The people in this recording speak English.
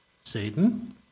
Satan